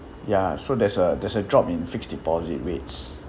ya so there's a there's a drop in fixed deposit rates